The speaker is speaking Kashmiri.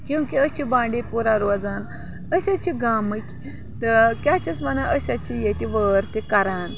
کیوںکہِ أسۍ چھِ بانڈی پورہ روزان أسۍ حظ چھِ گامٕکۍ تہٕ کیٛاہ چھِ أسۍ وَنان أسۍ حظ چھِ ییٚتہِ وٲر تہِ کَران